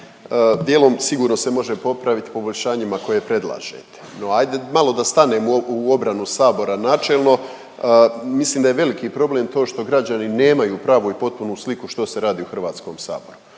djelom sigurno se može popraviti poboljšanjima koje predlažite. No, ajde malo da stanemo u obranu sabora načelno mislim da je veliki problem to što građani nemaju pravu i potpunu sliku što se radi u Hrvatskom saboru.